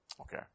Okay